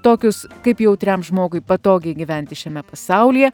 tokius kaip jautriam žmogui patogiai gyventi šiame pasaulyje